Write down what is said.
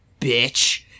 bitch